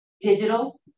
digital